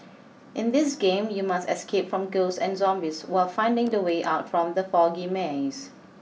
in this game you must escape from ghosts and zombies while finding the way out from the foggy maze